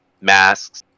masks